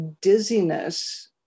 dizziness